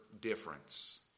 difference